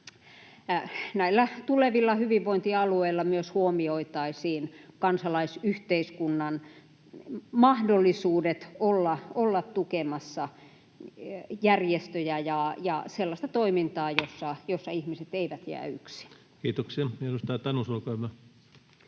näillä tulevilla hyvinvointialueilla myös huomioitaisiin kansalaisyhteiskunnan mahdollisuudet olla tukemassa järjestöjä ja sellaista toimintaa, jossa ihmiset eivät jää yksin. Kiitoksia.